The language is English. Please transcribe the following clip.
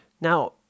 Now